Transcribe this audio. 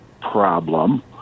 problem